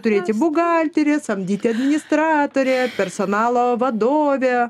turėti bugalterę samdyti administratorę personalo vadovę